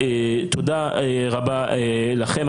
תודה רבה לכם.